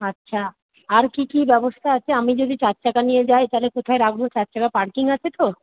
আচ্ছা আর কী কী ব্যবস্থা আছে আমি যদি চারচাকা নিয়ে যাই তাহলে কোথায় রাখব চারচাকা পার্কিং আছে তো